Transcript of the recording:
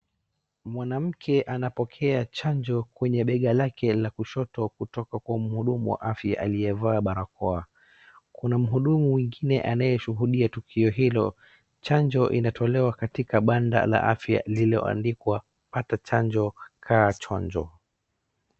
Mwanamke anapokea chanjo kwenye bega lake la kushoto kutoka kwa mhudumu wa afya aliyevaa barakoa. Kuna mhudumu mwingine anayeshuhudia tukio hilo, chanjo inatolewa katika banda la afya lililoandikwa pata chanjo, kaa chonjo.